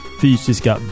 fysiska